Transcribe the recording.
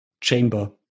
chamber